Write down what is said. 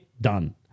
done